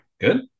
Good